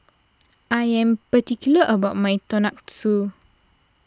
I am particular about my Tonkatsu